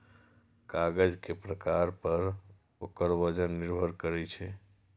कागज के प्रकार पर ओकर वजन निर्भर करै छै